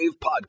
Podcast